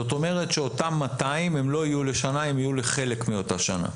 זאת אומרת שאותם 200 לא יהיה לשנה אלא הם יהיו לחלק מאותה שנה.